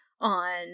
on